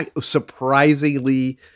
surprisingly